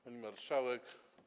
Pani Marszałek!